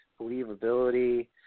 believability